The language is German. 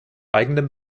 eigenem